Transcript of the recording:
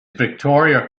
victoria